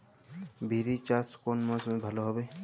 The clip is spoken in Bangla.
বিরি চাষ কোন মরশুমে ভালো হবে?